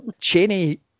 Cheney